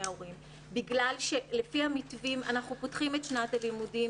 ההורים בגלל שלפי המתווים אנחנו פותחים את שנת הלימודים.